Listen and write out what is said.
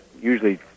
usually